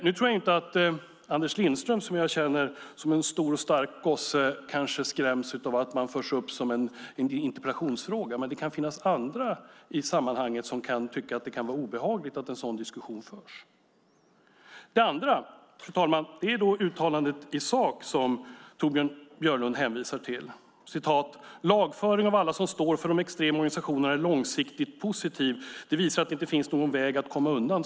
Nu tror jag inte att Anders Lindström, som jag känner som en stor och stark gosse, skräms av att föras fram i en interpellation, men det kan finnas andra i sammanhanget som kan tycka att det är obehagligt att en sådan diskussion förs. För det andra finns uttalandet i sak som Torbjörn Björlund hänvisar till: "Lagföring av alla som står för de extrema organisationerna är långsiktigt positiv. Det visar att det inte finns någon väg att komma undan."